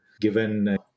given